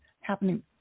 happening